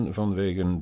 vanwege